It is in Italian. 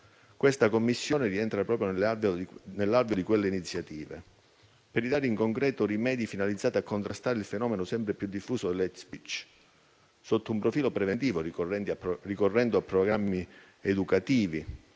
in oggetto rientra proprio nell'alveo di queste iniziative, per creare in concreto rimedi finalizzati a contrastare il fenomeno sempre più diffuso dell'*hate speech*, sotto un profilo preventivo, ricorrendo a programmi educativi,